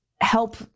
help